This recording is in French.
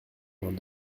vingt